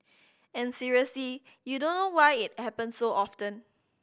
and seriously you don't know why it happens so often